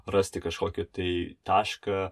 rasti kažkokį tai tašką